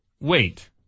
Wait